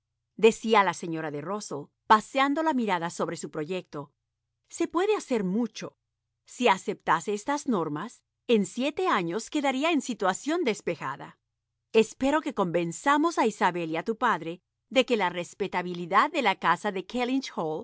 estodecía la señora de rusell paseando la mi rada sobre su proyecto se puede hacer mucho si aceptase estas normas en siete años quedaría su situación despejada espero que convenzamos a isabel y a tu padre de que la respetabilidad de la casa de